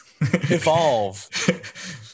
evolve